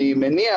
אני מניח,